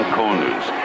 corners